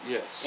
Yes